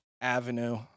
Avenue